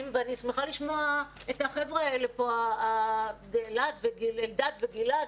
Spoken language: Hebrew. ואני שמחה לשמוע את החבר'ה פה את אלדד וגילעד,